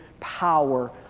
power